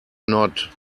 nod